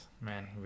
man